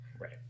Right